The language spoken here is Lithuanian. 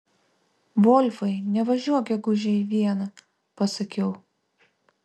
volfai nevažiuok gegužę į vieną pasakiau